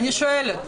אני שואלת.